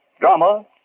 Drama